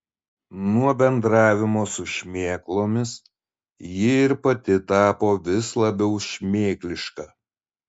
nuo bendravimo su šmėklomis ji ir pati tapo vis labiau šmėkliška